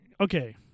Okay